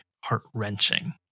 heart-wrenching